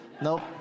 Nope